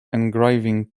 engraving